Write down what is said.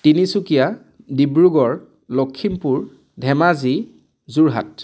Tinsukia Dibrugarh Lakhimpur Dhemaji Jorhat